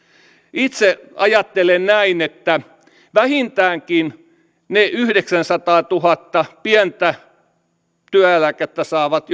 itse ajattelen näin että vähintäänkin ne yhdeksänsataatuhatta pientä työeläkettä saavat